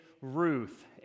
Ruth